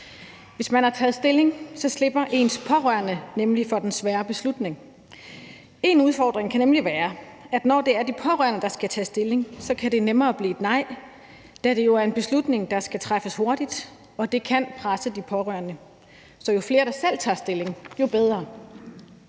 Hvis man har taget stilling, slipper ens pårørende nemlig for den svære beslutning. En udfordring kan nemlig være, at når det er de pårørende, der skal tage stilling, så kan det nemmere blive et nej, da det jo er en beslutning, der skal træffes hurtigt, og det kan presse de pårørende. Så jo flere der selv tager stilling, jo bedre.